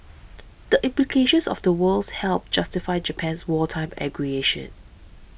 the implications of the words helped justify Japan's wartime aggression